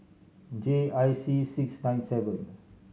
J I C six nine seven